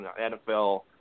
NFL